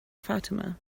fatima